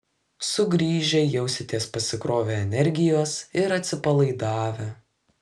sugrįžę jausitės pasikrovę energijos ir atsipalaidavę